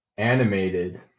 Animated